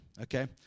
Okay